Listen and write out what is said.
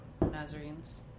Nazarenes